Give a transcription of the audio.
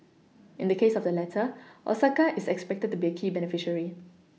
in the case of the latter Osaka is expected to be a key beneficiary